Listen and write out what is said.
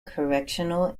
correctional